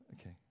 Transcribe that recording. Okay